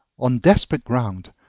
on desperate ground,